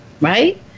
right